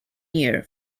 year